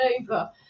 over